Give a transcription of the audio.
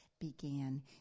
began